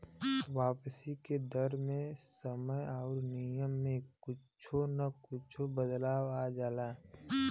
वापसी के दर मे समय आउर नियम में कुच्छो न कुच्छो बदलाव आ जाला